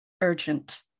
urgent